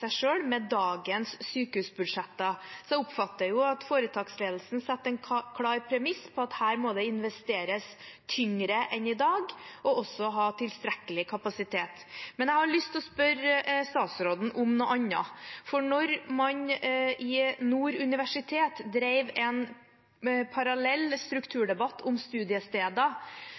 seg selv med dagens sykehusbudsjetter. Jeg oppfatter at foretaksledelsen legger en klar premiss for at det her må investeres tyngre enn i dag, og at man må ha tilstrekkelig kapasitet. Men jeg har lyst til å spørre statsråden om noe annet. Når man ved Nord universitet drev en parallell strukturdebatt om studiesteder,